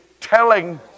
telling